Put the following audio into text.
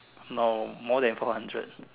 no more than four hundred